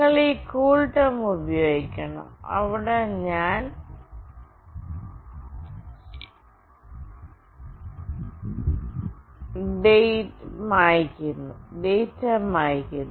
നിങ്ങൾ ഈ കൂൾടേം ഉപയോഗിക്കണം അവിടെ ഞാൻ ഡാറ്റ മായ്ക്കുന്നു